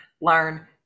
learn